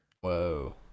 Whoa